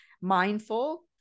mindful